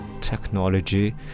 Technology